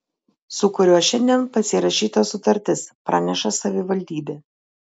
su kuriuo šiandien pasirašyta sutartis praneša savivaldybė